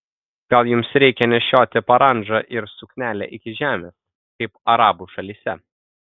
gal jums reikia nešioti parandžą ir suknelę iki žemės kaip arabų šalyse